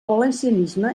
valencianisme